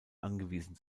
angewiesen